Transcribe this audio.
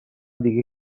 دیگه